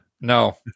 no